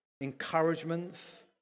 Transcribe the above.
encouragements